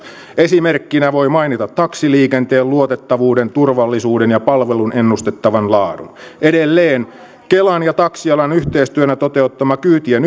esimerkkinä voi mainita taksiliikenteen luotettavuuden turvallisuuden ja palvelun ennustettavan laadun edelleen kelan ja taksialan yhteistyönä toteuttama kyytien